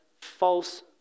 false